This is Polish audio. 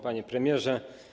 Panie Premierze!